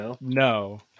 No